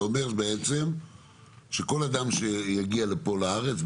זה אומר בעצם שכל אדם שיגיע לפה לארץ,